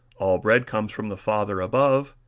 all bread comes from the father above,